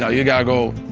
know, you gotta go